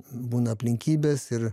būna aplinkybės ir